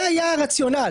זה היה הרציונל,